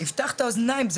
יפתח את האוזניים.